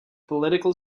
political